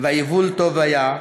/ והיבול טוב היה,